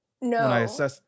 No